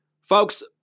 Folks